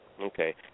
Okay